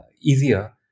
easier